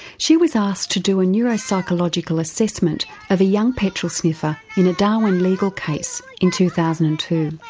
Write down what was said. she was asked to do a neuropsychological assessment of a young petrol sniffer in a darwin legal case in two thousand and two.